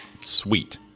sweet